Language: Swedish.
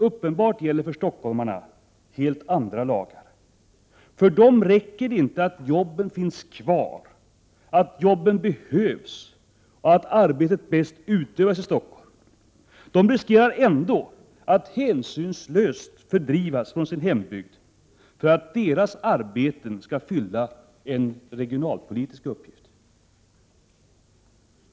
Uppenbart gäller för stockholmarna helt andra lagar. För dem räcker det inte att jobben finns, att jobben behövs och att arbetet bäst utövas i Stockholm. De riskerar ändå att hänsynslöst fördrivas från sin hembygd för att deras arbeten skall fylla en regionalpolitisk uppgift.